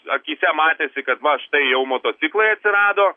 akyse matėsi kad va štai jau motociklai atsirado